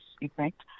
effect